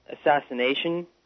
assassination